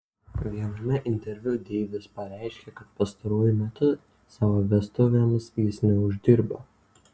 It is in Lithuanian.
viename interviu deivis pareiškė kad pastaruoju metu savo vestuvėms jis neuždirba